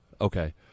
Okay